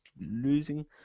losing